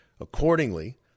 Accordingly